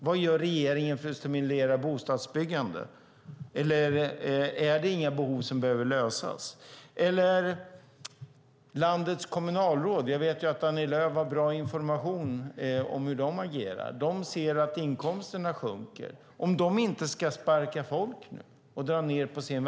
Vad gör regeringen för att stimulera bostadsbyggande? Eller finns det inga behov som behöver tillgodoses? Jag vet att Annie Lööf har bra information om hur landets kommunalråd agerar. De ser att inkomsterna sjunker.